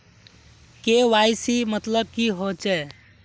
KYC मतलब की होचए?